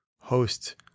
host